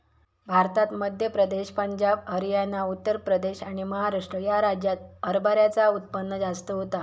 भारतात मध्य प्रदेश, पंजाब, हरयाना, उत्तर प्रदेश आणि महाराष्ट्र ह्या राज्यांत हरभऱ्याचा उत्पन्न जास्त होता